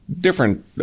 different